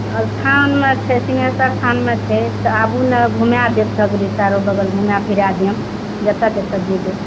थानमे छै सिंघेशर स्थानमे छै तऽ आबू ने घूमाए देब सगरे चारो बगल घूमाए फिराए देब जतऽ जतऽ जेबै